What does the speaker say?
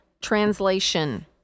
translation